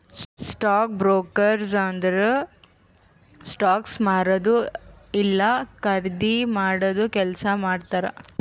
stock brokerage ಅಂದುರ್ stocks ಮಾರದು ಇಲ್ಲಾ ಖರ್ದಿ ಮಾಡಾದು ಕೆಲ್ಸಾ ಮಾಡ್ತಾರ್